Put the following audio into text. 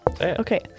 okay